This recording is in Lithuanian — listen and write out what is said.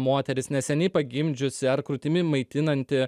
moteris neseniai pagimdžiusi ar krūtimi maitinanti